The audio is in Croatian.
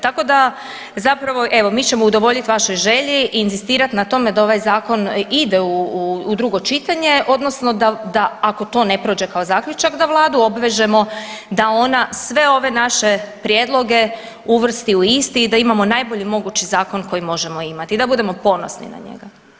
Tako da zapravo evo mi ćemo udovoljit vašoj želji i inzistirat na tome da ovaj zakon ide u drugo čitanje odnosno da, da ako to ne prođe kao zaključak da vladu obvežemo da ona sve ove naše prijedloge uvrsti u isti i da imamo najbolji mogući zakon koji možemo imati i da budemo ponosni na njega.